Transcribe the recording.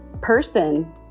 person